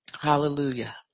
Hallelujah